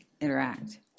interact